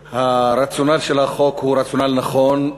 הרציונל של החוק הוא רציונל נכון,